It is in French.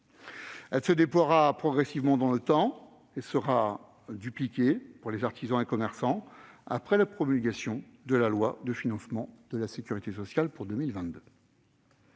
Elle se déploiera progressivement et sera dupliquée pour les artisans et commerçants après la promulgation de la loi de financement de la sécurité sociale pour 2022.